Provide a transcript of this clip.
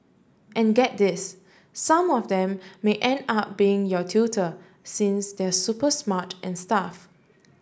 and get this some of them may end up being your tutor since they're super smart and stuff